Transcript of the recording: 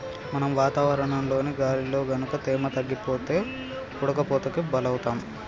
మనం వాతావరణంలోని గాలిలో గనుక తేమ తగ్గిపోతే బాగా ఉడకపోతకి బలౌతాం